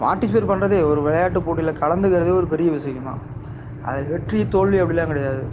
participate பண்றது ஒரு விளையாட்டு போட்டியில் கலந்துக்கிறதே ஒரு பெரிய விஷயந்தான் அது வெற்றி தோல்வி அப்படில்லாம் கிடையாது